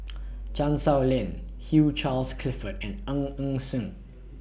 Chan Sow Lin Hugh Charles Clifford and Ng Eng Sen